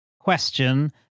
Question